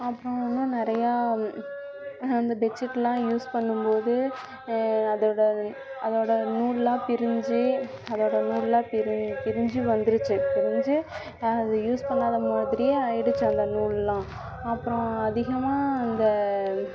அப்புறம் இன்னும் நிறைய இந்த பெட்ஷீட்லாம் யூஸ் பண்ணும் போது அதோட அதோட நூல்லாம் பிரிந்து அதோட நூல்லாம் பிரி பிரிந்து வந்துருச்சு பிரிந்து அத யூஸ் பண்ணாத மாதிரியே ஆயிடிச்சு அந்த நூல்லாம் அப்புறம் அதிகமாக இந்த